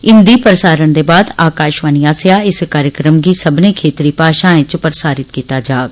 हिन्दी प्रसारण दे बाद आकाशवाणी आस्सेया इस कार्यक्रम गी सब्बने खेतरी भाषाएं च प्रसारित कीता जाहग